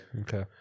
Okay